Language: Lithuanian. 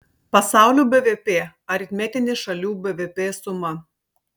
pasaulio bvp aritmetinė šalių bvp suma